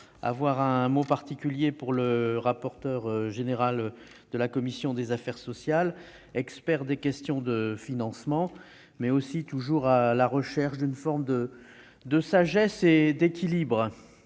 un mot particulier pour le rapporteur de la commission des affaires sociales, qui est un expert des questions de financement et qui est aussi toujours à la recherche d'une forme de sagesse et d'équilibre.